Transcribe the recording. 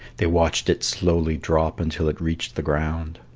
they watched it slowly drop until it reached the ground.